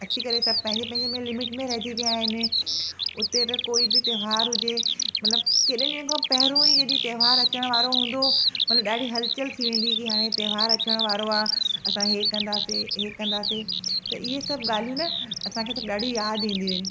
अची करे सभ पंहिंजे पंहिंजे में लिमीट में रहिजी विया आहिनि उते त कोई बि तहिवार हुजे मतलबु केॾनि ॾींहंनि खां पहिरों ई जॾहिं तहिवार अचण वारो हूंदो मना ॾाढी हलचलि थी वेंदी हुई की हाणे तहिवारु अचण वारो आहे असां हिअं कंदासी हीअं कंदासी त इहे सभ ॻाल्हियूं न असांखे सभ ॾाढी यादि ईंदियूं आहिनि